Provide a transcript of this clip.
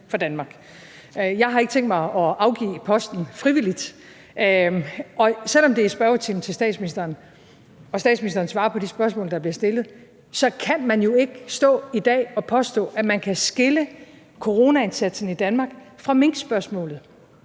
for Danmark. Jeg har ikke tænkt mig at afgive posten frivilligt. Selv om det er spørgetime med spørgsmål til statsministeren og statsministeren svarer på de spørgsmål, der bliver stillet, så kan man jo ikke stå i dag og påstå, at man kan skille coronaindsatsen i Danmark fra minkspørgsmålet.